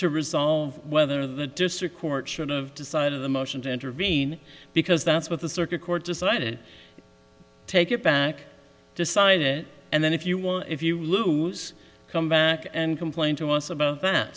to resolve whether the district court should have to side of the motion to intervene because that's what the circuit court decided take it back decide it and then if you want if you lose come back and complain to us about that